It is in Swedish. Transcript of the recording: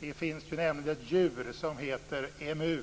Det finns nämligen ett djur som heter emu.